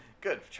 good